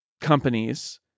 companies